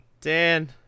Dan